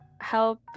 help